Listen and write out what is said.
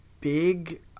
big